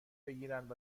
بگیرند